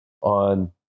on